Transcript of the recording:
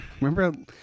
Remember